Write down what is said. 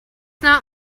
not